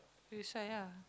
do side ah